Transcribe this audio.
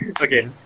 Okay